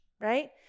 right